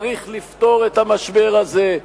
צריך לפתור את המשבר הזה,